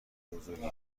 بزرگی